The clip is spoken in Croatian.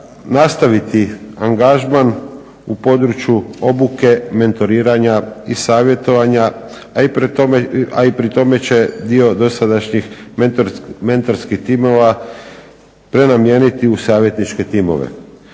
nastaviti angažman u području obuke, mentoriranja i savjetovanja, a i pri tome će dio dosadašnjih mentorskih timova prenamijeniti u savjetničke timove.